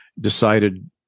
decided